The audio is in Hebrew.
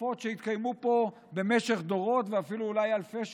עופות שהתקיימו פה במשך דורות ואפילו אולי אלפי שנים.